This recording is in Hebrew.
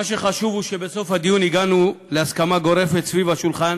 מה שחשוב הוא שבסוף הדיון הגענו להסכמה גורפת סביב השולחן